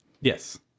yes